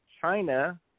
China